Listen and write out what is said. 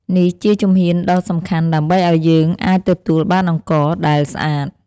នេះជាជំហានដ៏សំខាន់ដើម្បីឲ្យយើងអាចទទួលបានអង្ករដែលស្អាត។